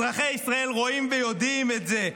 אזרחי ישראל רואים ויודעים את זה,